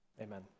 Amen